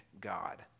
God